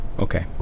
Okay